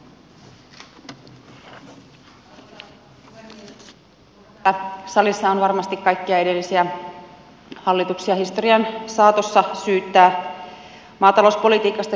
turha salissa on varmasti kaikkia edellisiä hallituksia historian saatossa syyttää maatalouspolitiikasta